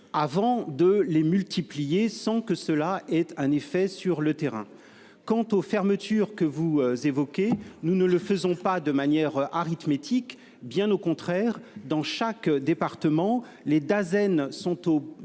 avant de les multiplier sans que cela ait un effet sur le terrain. Quant aux fermetures que vous évoquez, nous ne le faisons pas de manière arithmétique, bien au contraire dans chaque département les Dasen sont au